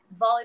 volleyball